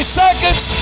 seconds